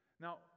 Now